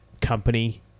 company